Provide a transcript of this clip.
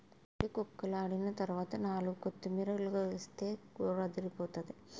కోడి కక్కలోండిన తరవాత నాలుగు కొత్తిమీరాకులేస్తే కూరదిరిపోతాది